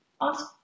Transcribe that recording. ask